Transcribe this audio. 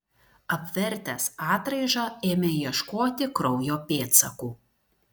apvertęs atraižą ėmė ieškoti kraujo pėdsakų